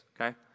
okay